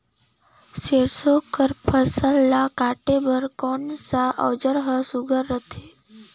सरसो कर फसल ला काटे बर कोन कस औजार हर सुघ्घर रथे?